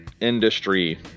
industry